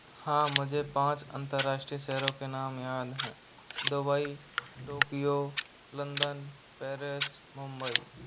हाँ मुझे पाँच अंतरराष्ट्रीय शहरों के नाम याद हैं Dubai Tokyo London Paris Mumbai